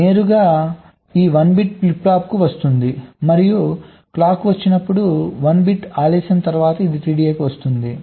ఇది నేరుగా ఈ 1 బిట్ ఫ్లిప్ ఫ్లాప్కు వస్తుంది మరియు clock వచ్చినప్పుడు 1 బిట్ ఆలస్యం తరువాత ఇది TDO కి వస్తుంది